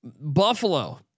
Buffalo